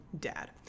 dad